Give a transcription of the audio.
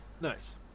Nice